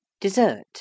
dessert